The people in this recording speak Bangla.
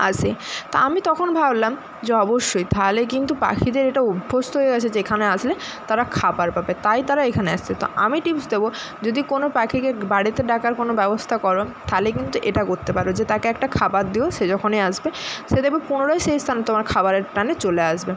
আসে তো আমি তখন ভাবলাম যে অবশ্যই তাহলে কিন্তু পাখিদের এটা অভ্যস্থ হয়ে গেছে যে এখানে আসলে তারা খাবার পাবে তাই তারা এখানে আসছে তো আমি টিপস দেবো যদি কোনো পাখিকে বাড়িতে ডাকার কোনো ব্যবস্থা করো তাহলে কিন্তু এটা করতে পারো যে তাকে একটা খাবার দিও সে যখনই আসবে সে দেখবে পুনরায় সেই স্থানে তোমার খাবারের টানে চলে আসবে